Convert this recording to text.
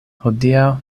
hodiaŭ